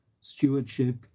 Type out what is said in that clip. stewardship